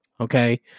Okay